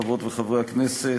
חברות וחברי הכנסת,